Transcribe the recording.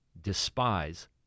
despise